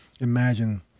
imagine